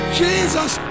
jesus